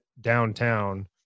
downtown